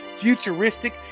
futuristic